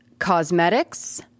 Cosmetics